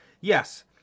yes